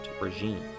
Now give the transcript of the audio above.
regime